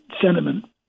sentiment